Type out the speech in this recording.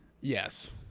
Yes